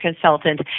consultant